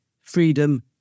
freedom